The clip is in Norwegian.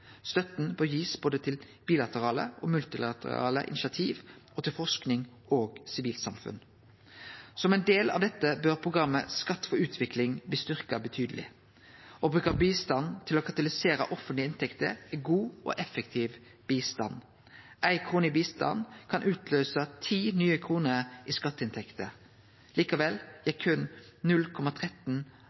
Støtta bør ein gi både til bilaterale og multilaterale initiativ og til forsking og sivilsamfunn. Som ein del av dette bør programmet «Skatt for utvikling» bli styrkt betydeleg. Å bruke bistand til å katalysere offentlege inntekter er god og effektiv bistand. Ei krone i bistand kan utløyse ti nye kroner i skatteinntekter. Likevel gjekk berre 0,13